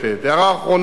הערה אחרונה,